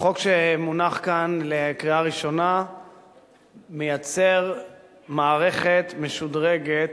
החוק שמונח כאן לקריאה ראשונה מייצר מערכת משודרגת